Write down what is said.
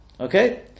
Okay